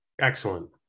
Excellent